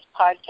podcast